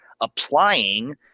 applying